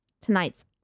Tonight's